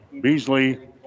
Beasley